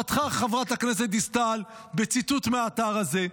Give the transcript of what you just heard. פתחה חברת הכנסת דיסטל בציטוט מהאתר הזה,